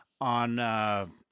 on